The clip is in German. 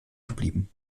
geblieben